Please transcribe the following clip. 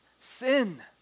sin